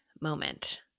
moment